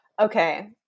Okay